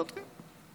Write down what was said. צודקים.